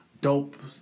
Dope